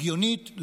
הגיונית,